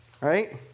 right